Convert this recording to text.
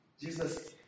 Jesus